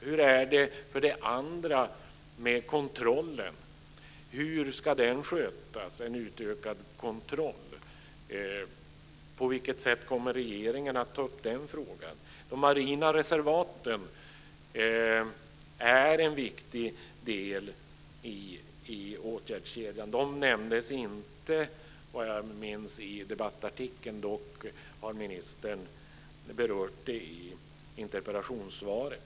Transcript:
Hur är det för det andra med kontrollen? Hur ska en utökad kontroll skötas? På vilket sätt kommer regeringen att ta upp den frågan? De marina reservaten är för det tredje en viktig del i åtgärdskedjan. De nämndes inte vad jag minns i debattartikeln, dock har ministern berört dem i interpellationssvaret.